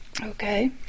okay